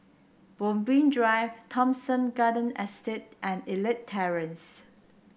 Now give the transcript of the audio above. Moonbeam Drive Thomson Garden Estate and Elite Terrace